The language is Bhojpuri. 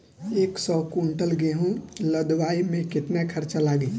एक सौ कुंटल गेहूं लदवाई में केतना खर्चा लागी?